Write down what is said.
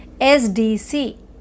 SDC